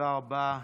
תודה רבה.